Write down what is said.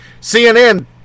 CNN